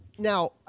Now